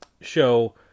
show